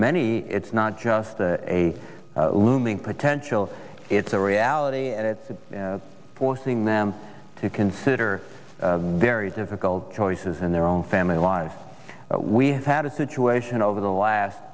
many it's not just a looming potential it's a reality and it's forcing them to consider very difficult choices in their own family lives we have had a situation over the last